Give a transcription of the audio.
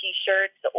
T-shirts